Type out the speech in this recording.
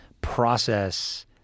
process